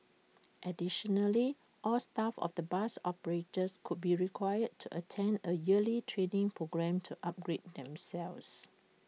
additionally all staff of the bus operators would be required to attend A yearly training programme to upgrade themselves